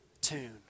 tune